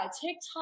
tiktok